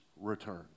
return